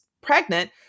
pregnant